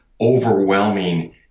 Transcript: overwhelming